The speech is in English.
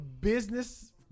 business